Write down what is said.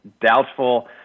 doubtful